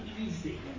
easy